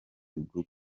bwo